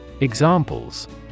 Examples